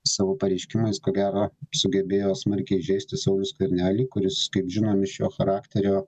savo pareiškimais ko gero sugebėjo smarkiai įžeisti saulių skvernelį kuris kaip žinom iš jo charakterio